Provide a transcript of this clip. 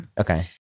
Okay